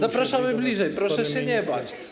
Zapraszamy bliżej, proszę się nie bać.